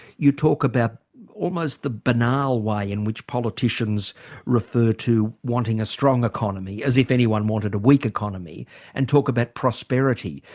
you talk about almost the banal way in which politicians refer to wanting a strong economy as if anyone wanted a weak economy and talk about prosperity.